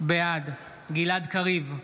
בעד גלעד קריב,